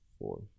four